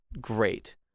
great